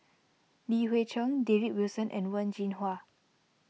Li Hui Cheng David Wilson and Wen Jinhua